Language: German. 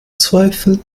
zweifel